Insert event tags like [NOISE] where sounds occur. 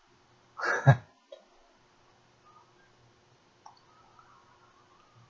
[LAUGHS]